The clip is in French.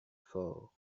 forts